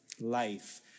life